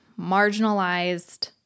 marginalized